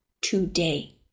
today